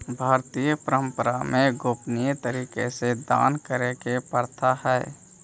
भारतीय परंपरा में गोपनीय तरीका से दान करे के प्रथा हई